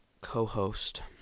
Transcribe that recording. co-host